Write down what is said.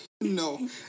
No